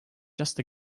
just